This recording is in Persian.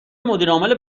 مدیرعامل